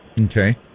Okay